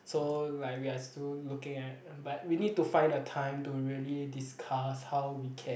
so like we're still looking at but we need to find a time to really discuss how we can